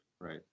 right